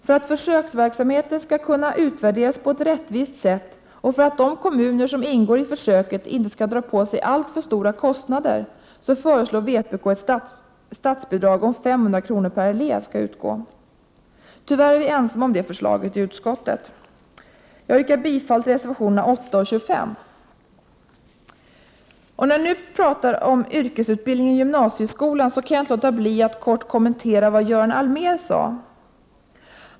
För att försöksverksamheten skall kunna utvärderas på ett rättvist sätt och för att de kommuner som ingår i försöket inte skall dra på sig alltför stora kostnader, föreslår vpk att ett statsbidrag om 500 kr. per elev skall utgå. Tyvärr är vi ensamma om det förslaget i utskottet. Jag yrkar bifall till reservationerna 8 och 25. När vi nu pratar om yrkesutbildningen i gymnasieskolan kan jag inte låta bli att kort kommentera vad Göran Allmér sade.